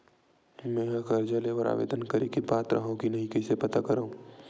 मेंहा कर्जा ले बर आवेदन करे के पात्र हव की नहीं कइसे पता करव?